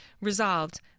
...resolved